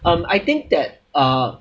um I think that uh